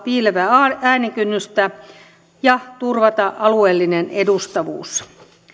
piilevää äänikynnystä ja turvata alueellinen edustavuus